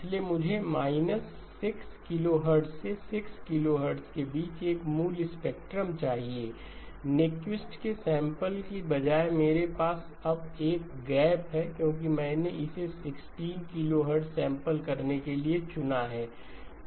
इसलिए मुझे 6kHz से 6 kHz के बीच का मूल स्पेक्ट्रम चाहिए न्यूक्विस्ट के सैंपल के बजाय मेरे पास अब एक गैप है क्योंकि मैंने इसे 16 किलोहर्ट्ज़ सैंपल करने के लिए चुना है